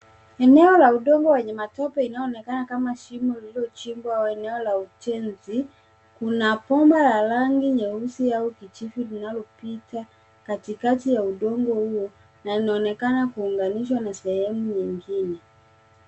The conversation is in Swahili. Eneo la udongo wenye matope inayoonekana kama shimo lililochimbwa eneo la ujenzi, kuna bomba ya rangi nyeusi au kijivu linalopita katikati ya udongo huo na inaonekana kuunganisha na sehemu nyingine.